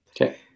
Okay